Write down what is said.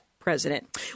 President